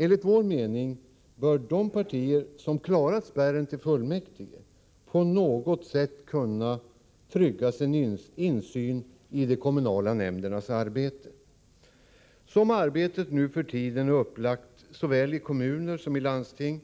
Enligt vår mening bör de partier som klarat spärren till fullmäktige på något sätt kunna trygga sin insyn i de kommunala nämndernas arbete. Som arbetet nu för tiden är upplagt såväl i kommuner som i landsting